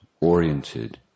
oriented